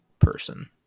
Person